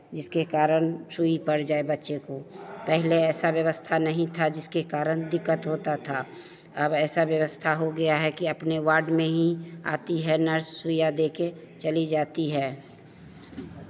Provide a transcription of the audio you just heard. जिसके कारण सुई पड़ जाए बच्चे को पहले ऐसा व्यवस्था नहीं था जिसके कारण दिक्कत होता था अब ऐसा व्यवस्था हो गया है कि अपने वार्ड में ही आती है नर्स सुइया दे के चली जाती है